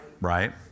Right